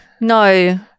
No